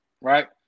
right